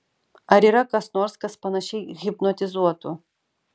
ar yra kas nors kas panašiai hipnotizuotų